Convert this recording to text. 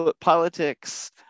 politics